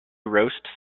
roast